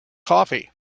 coffee